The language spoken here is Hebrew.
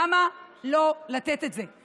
למה לא לתת את זה?